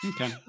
Okay